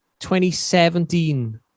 2017